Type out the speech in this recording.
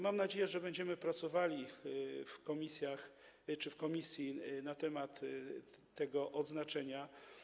Mam nadzieję, że będziemy pracowali w komisjach czy w komisji w sprawie tego odznaczenia.